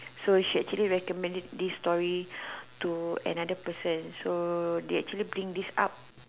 so she actually recommend this story to another person so they actually bring this up